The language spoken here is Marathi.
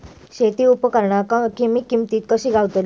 शेती उपकरणा कमी किमतीत कशी गावतली?